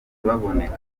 baboneka